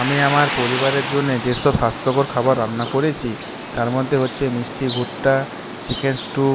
আমি আমার পরিবারের জন্যে যেসব স্বাস্থ্যকর খাবার রান্না করেছি তার মধ্যে হচ্ছে মিষ্টি ভুট্টা চিকেন স্ট্যু